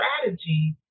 strategy